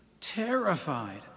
terrified